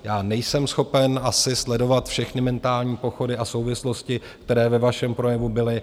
Já nejsem schopen asi sledovat všechny mentální pochody a souvislosti, které ve vašem projevu byly.